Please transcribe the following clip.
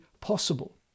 possible